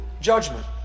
judgment